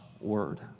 word